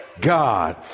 God